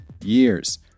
years